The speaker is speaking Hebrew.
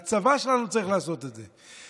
הצבא שלנו צריך לעשות את זה.